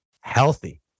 Healthy